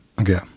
Okay